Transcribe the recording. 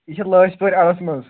یہِ چھِ لٔسۍپورِ اَڈَس منٛز